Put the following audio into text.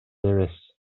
эмес